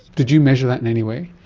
did you measure that in any way?